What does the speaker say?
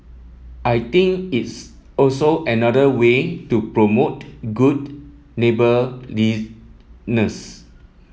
I think it's also another way to promote good neighbourliness